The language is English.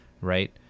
right